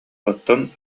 оттон